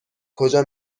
کجا